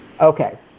Okay